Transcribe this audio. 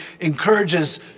encourages